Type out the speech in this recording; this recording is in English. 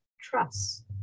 trust